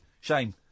Shame